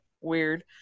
weird